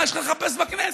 מה יש לך לחפש בכנסת?